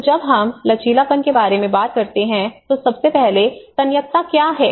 तो जब हम लचीलापन के बारे में बात करते हैं तो सबसे पहले तन्यकता क्या है